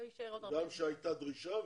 גם שהייתה דרישה,